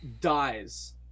dies